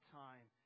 time